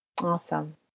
Awesome